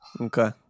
Okay